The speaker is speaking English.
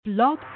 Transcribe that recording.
Blog